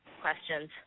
questions